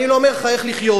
אני לא אומר לך איך לחיות,